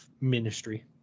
ministry